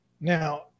Now